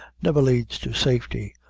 never leads to safety,